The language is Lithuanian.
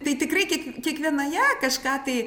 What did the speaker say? tai tikrai kiek kiekvienoje kažką tai